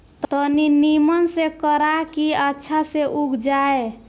तनी निमन से करा की अच्छा से उग जाए